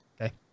Okay